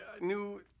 new